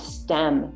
stem